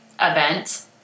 event